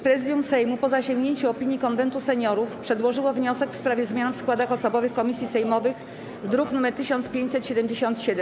Prezydium Sejmu, po zasięgnięciu opinii Konwentu Seniorów, przedłożyło wniosek w sprawie zmian w składach osobowych komisji sejmowych, druk nr 1577.